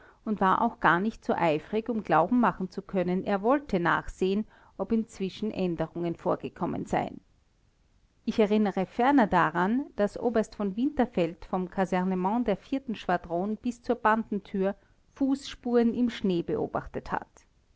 und war auch gar nicht so eifrig um glauben machen zu können er wollte nachsehen ob inzwischen änderungen vorgekommen seien ich erinnere ferner daran daß oberst von winterfeld vom kasernement der schwadron bis zur bandentür fußspuren im schnee beobachtet hat